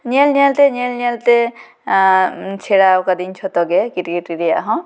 ᱧᱮᱞ ᱧᱮᱞ ᱛᱮ ᱧᱮᱞ ᱧᱮᱞ ᱛᱮ ᱥᱮᱬ ᱟ ᱟᱠᱟᱫᱟᱹᱧ ᱡᱷᱚᱛᱚ ᱜᱮᱠᱤᱨᱠᱮᱴ ᱨᱮᱭᱟᱜ ᱦᱚᱸ